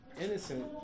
innocent